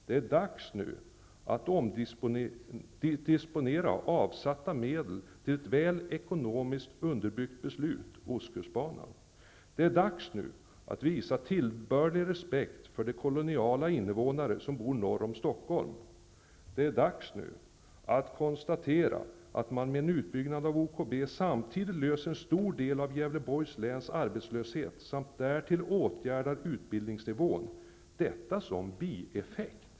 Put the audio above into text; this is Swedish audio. Det är nu dags att disponera avsatta medel för ett väl ekonomiskt underbyggt beslut om Det är nu dags att visa de koloniala invånare som bor norr om Stockholm tillbörlig respekt. Det är nu dags att konstatera att man med en utbyggnad av OKB samtidigt löser en stor del av Gävleborgs läns arbetslöshetsproblem samt åtgärdar utbildningsnivån -- detta som en ''bieffekt''.